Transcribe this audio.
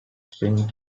spring